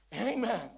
Amen